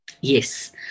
yes